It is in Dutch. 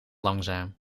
langzaam